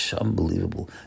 Unbelievable